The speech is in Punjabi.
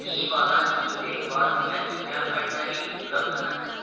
ਕੀ ਵਾਲਾਂ ਦੀ ਦੇਖਭਾਲ ਦੀਆਂ ਚੀਜ਼ਾਂ ਕਟਲਰੀ ਉਪਲਬਧ ਹਨ